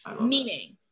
meaning